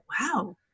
Wow